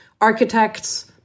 architects